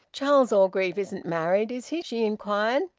charles orgreave isn't married, is he? she inquired.